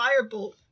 Firebolt